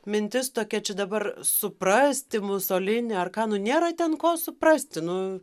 mintis tokia čia dabar suprasti musolinį ar ką nu nėra ten ko suprasti nu